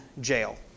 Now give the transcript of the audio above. jail